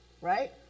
right